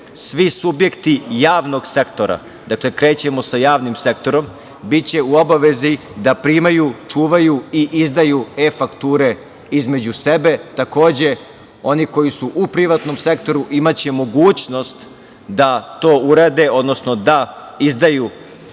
svi subjekti javnog sektora, dakle, krećemo sa javnim sektorom, biće u obavezi da primaju, čuvaju i izdaju e-fakture između sebe. Takođe, oni koji su u privatnom sektoru imaće mogućnost da to urade, odnosno da izdaju